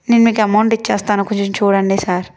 నేను మీకు ఎమౌంట్ ఇచ్చేస్తాను కొంచెం చూడండి సార్